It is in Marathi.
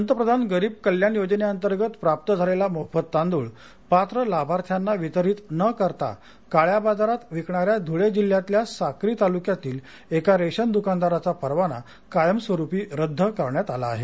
पंतप्रधान गरीब कल्याण योजने अंतर्गत प्राप्त झालेला मोफत तांदुळ पात्र लाभार्थ्यांना वितरीत न करता काळ्या बाजारात विकणाऱ्या धुळे जिल्ह्यातल्या साक्री तालुक्यातील एका रेशन दुकानदाराचा परवाना कायमस्वरुपी रद्द करण्यात आला आहे